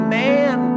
man